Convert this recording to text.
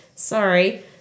sorry